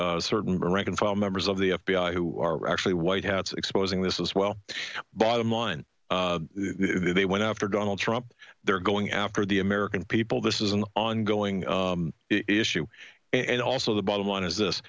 by certain reconcile members of the f b i who are actually white house exposing this as well bottom line they went after donald trump they're going after the american people this is an ongoing issue and also the bottom line is this